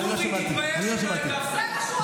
אבל זה נכון.